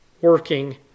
working